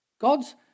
God's